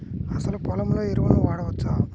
అసలు పొలంలో ఎరువులను వాడవచ్చా?